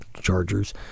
Chargers